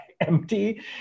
empty